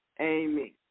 Amen